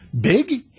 big